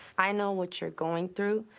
i know what you're going through.